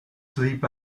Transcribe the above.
sleep